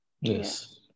yes